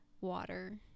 water